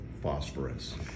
phosphorus